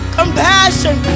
compassion